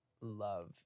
love